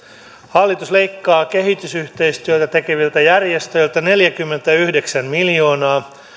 hallitus leikkaa kehitysyhteistyötä tekeviltä järjestöiltä neljäkymmentäyhdeksän miljoonaa